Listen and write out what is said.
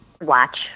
Watch